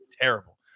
terrible